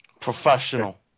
professional